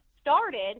started